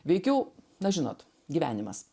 veikiau na žinot gyvenimas